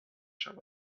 شود